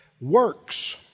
works